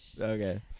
Okay